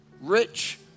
rich